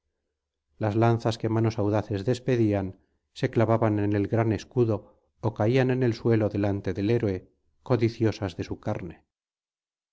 las lanzas que manos audaces despedían se clavaban en el gran escudo ó caían en el suelo delante del héroe codiciosas de su carne